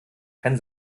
kein